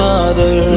Mother